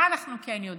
מה אנחנו כן יודעים?